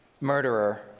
murderer